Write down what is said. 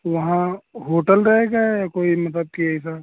وہاں ہوٹل رہے گا یا کوئی مطلب کہ ایسا